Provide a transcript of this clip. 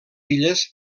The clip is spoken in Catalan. illes